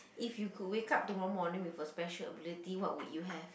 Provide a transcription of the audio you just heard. if you could wake up tomorrow morning with a special ability what would you have